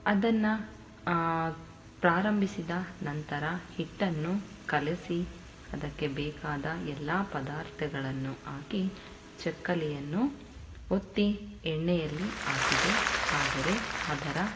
ಅದನ್ನು ಪ್ರಾರಂಭಿಸಿದ ನಂತರ ಹಿಟ್ಟನ್ನು ಕಲಸಿ ಅದಕ್ಕೆ ಬೇಕಾದ ಎಲ್ಲ ಪದಾರ್ಥಗಳನ್ನು ಹಾಕಿ ಚಕ್ಕುಲಿಯನ್ನು ಒತ್ತಿ ಎಣ್ಣೆಯಲ್ಲಿ ಹಾಕಿದೆ ಆದರೆ ಅದರ